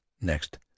next